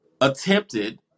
attempted